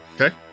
Okay